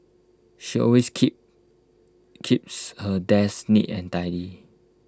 she always keep keeps her desk neat and tidy